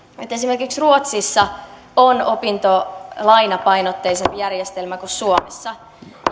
että esimerkiksi ruotsissa on opintolainapainotteisempi järjestelmä kuin suomessa